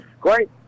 Great